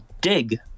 dig